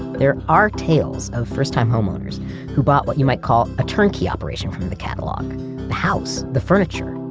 there are tales of first time homeowners who bought what you might call a turn key operation from the catalog. the house, the furniture,